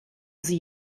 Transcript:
sie